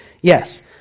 Yes